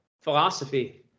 philosophy